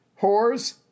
Whores